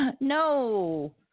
No